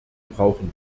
brauchen